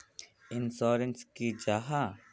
Insurance की जाहा?